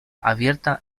abierta